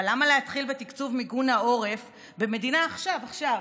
אבל למה להתחיל בתקצוב מיגון העורף במדינה עכשיו עכשיו,